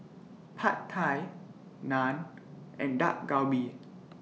Pad Thai Naan and Dak Galbi